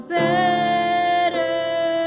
better